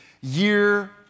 year